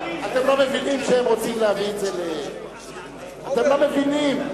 אתם לא מבינים שהם רוצים להביא את זה ל אתם לא מבינים?